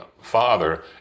father